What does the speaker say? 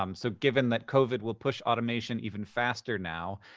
um so, given that covid will push automation even faster now,